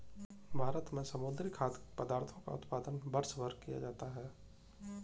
भारत में समुद्री खाद्य पदार्थों का उत्पादन वर्षभर किया जाता है